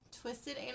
twisted